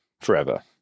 forever